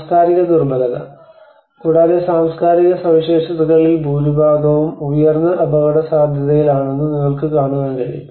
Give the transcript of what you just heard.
സാംസ്കാരിക ദുർബലത കൂടാതെ സാംസ്കാരിക സവിശേഷതകളിൽ ഭൂരിഭാഗവും ഉയർന്ന അപകടസാധ്യതയിലാണെന്ന് നിങ്ങൾക്ക് കാണാൻ കഴിയും